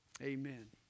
Amen